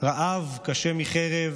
רעב קשה מחרב,